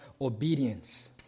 obedience